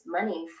money